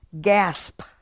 Gasp